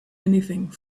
anything